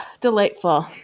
delightful